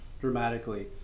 dramatically